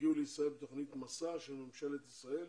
שהגיעו לישראל בתוכנית 'מסע' של ממשלת ישראל